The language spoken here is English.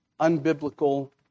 unbiblical